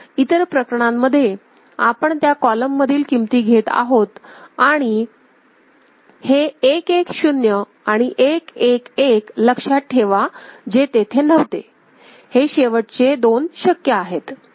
इतर प्रकरणांमध्ये आपण त्या कॉलम मधील किमती घेत आहोत आणि हे 1 1 0 आणि 1 1 1 लक्षात ठेवा जे तेथे नव्हते हे शेवटचे दोन शक्य आहेत